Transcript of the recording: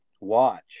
watch